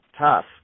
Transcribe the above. tough